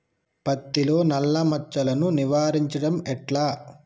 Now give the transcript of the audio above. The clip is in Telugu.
పత్తిలో నల్లా మచ్చలను నివారించడం ఎట్లా?